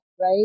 right